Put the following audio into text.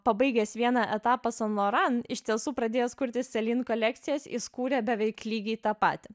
pabaigęs vieną etapą san loran iš tiesų pradėjęs kurti selin kolekcijas jis kūrė beveik lygiai tą patį